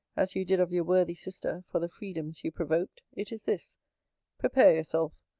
as you did of your worthy sister, for the freedoms you provoked it is this prepare yourself.